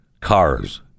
cars